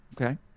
okay